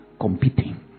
competing